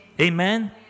Amen